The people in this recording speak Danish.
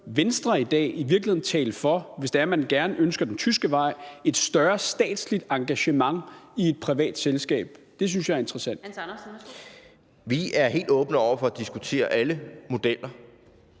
Venstre i dag i virkeligheden taler for – hvis det er, at man ønsker den tyske vej – et større statsligt engagement i et privat selskab. Det synes jeg er interessant. Kl. 16:50 Den fg. formand (Annette